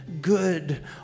good